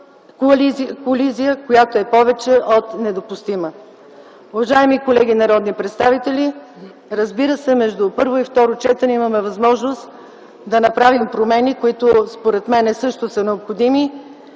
колизия, която е повече от недопустима. Уважаеми колеги народни представители, между първо и второ четене имаме възможност да направим промени, които според мен са необходими.